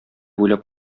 уйлап